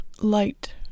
light